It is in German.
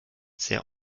sehr